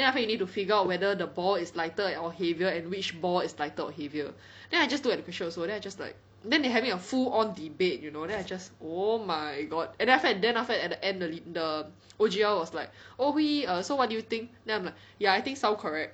then after that you need to figure out whether the ball is lighter or heavier and which ball is lighter or heavier then I just look at the question also then I just like then they having a full on debate you know then I just oh my god and then after that then after that at the end the the O_G_L was like oh Hui Yi err so what do you think then I'm like ya I think sound correct